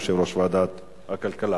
יושב-ראש ועדת הכלכלה.